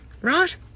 right